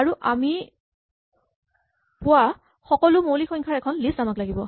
আৰু আমি পোৱা সকলো মৌলিক সংখ্যাৰ এখন লিষ্ট আমাক লাগিব